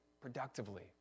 productively